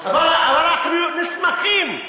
אבל אנחנו נסמכים,